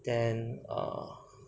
then err